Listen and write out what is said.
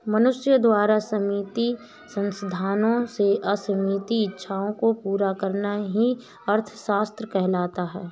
मनुष्य द्वारा सीमित संसाधनों से असीमित इच्छाओं को पूरा करना ही अर्थशास्त्र कहलाता है